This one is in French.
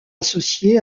associé